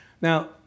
Now